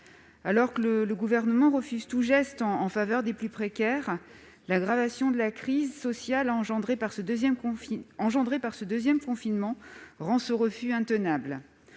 Alors que le Gouvernement refuse tout geste en faveur des plus précaires, l'aggravation de la crise sociale consécutive au deuxième confinement rend ce refus intenable.